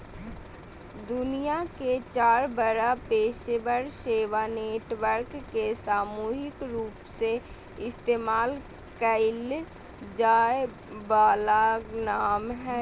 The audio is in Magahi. दुनिया के चार बड़ा पेशेवर सेवा नेटवर्क के सामूहिक रूपसे इस्तेमाल कइल जा वाला नाम हइ